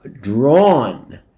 drawn